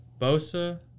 Bosa